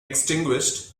extinguished